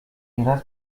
nieraz